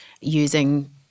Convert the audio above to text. using